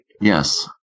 Yes